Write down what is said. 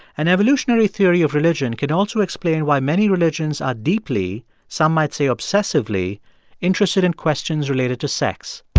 an evolutionary theory of religion could also explain why many religions are deeply some might say obsessively interested in questions related to sex